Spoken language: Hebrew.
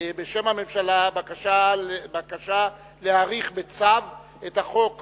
להציג בשם הממשלה בקשה להאריך בצו את תוקפו